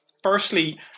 Firstly